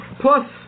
Plus